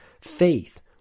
Faith